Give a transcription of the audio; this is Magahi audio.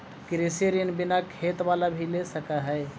कृषि ऋण बिना खेत बाला भी ले सक है?